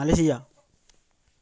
Malaysia